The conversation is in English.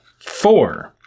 four